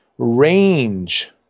range